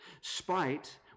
Spite